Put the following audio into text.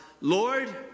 Lord